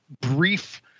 brief